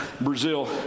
Brazil